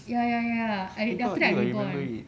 ya ya ya I re~ after that I rebond